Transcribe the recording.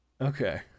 Okay